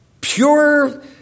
pure